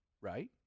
right